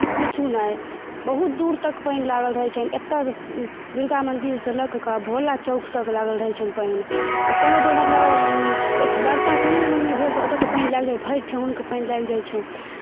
पूछू नहि बहुत दूर तक पानि लागल रहै छनि एतयसँ दुर्गा मन्दिरसँ लऽ कऽ भोला चौक तक लागल रहल छनि पानि कोनो जे मतलब वर्षा कनिओ मनिओ भेल तऽ ओतेक पानि लागि जाय भरि ठेहुनके पानि लागि जाइत छनि